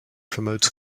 promotes